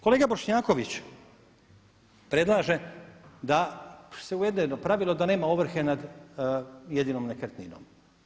Kolega Bošnjaković predlaže da se uvede jedno pravilo da nema ovrhe nad jedinom nekretnino.